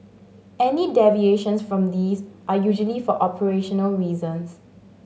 any deviations from these are usually for operational reasons